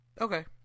Okay